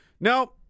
Now